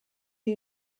you